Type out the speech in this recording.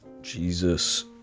Jesus